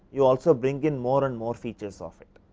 you also bring in more and more features of it.